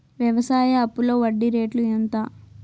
వ్యవసాయ అప్పులో వడ్డీ రేట్లు ఎంత?